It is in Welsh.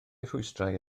rhwystrau